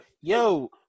yo